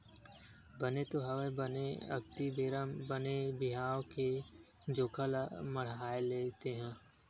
बने तो हवय बने अक्ती बेरा बने बिहाव के जोखा ल मड़हाले तेंहा